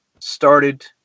started